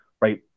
Right